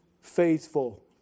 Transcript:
faithful